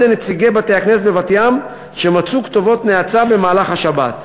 נציגי בתי-הכנסת בבת-ים שמצאו כתובות נאצה במהלך השבת.